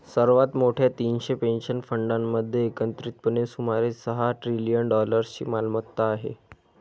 सर्वात मोठ्या तीनशे पेन्शन फंडांमध्ये एकत्रितपणे सुमारे सहा ट्रिलियन डॉलर्सची मालमत्ता आहे